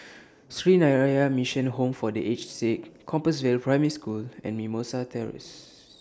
Sree Narayana Mission Home For The Aged Sick Compassvale Primary School and Mimosa Terrace